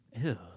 Ew